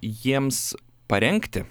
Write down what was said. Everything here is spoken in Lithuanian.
jiems parengti